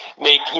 make